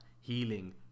healing